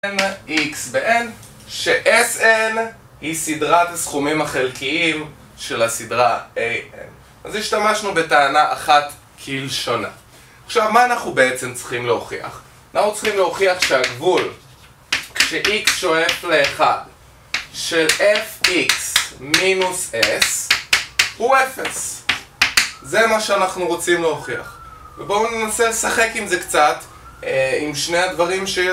x בn, ש-sn היא סדרת הסכומים החלקיים של הסדרה a,n אז השתמשנו בטענה אחת כלשונה עכשיו, מה אנחנו בעצם צריכים להוכיח? אנחנו צריכים להוכיח שהגבול כש-x שואף ל-1 של fx מינוס s הוא 0 זה מה שאנחנו רוצים להוכיח ובואו ננסה לשחק עם זה קצת עם שני הדברים ש...